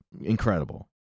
incredible